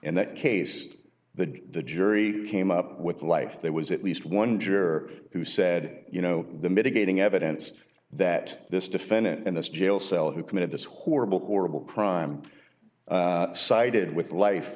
and that case the judge the jury came up with life there was at least one juror who said you know the mitigating evidence that this defendant in this jail cell who committed this horrible horrible crime sided with life